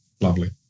lovely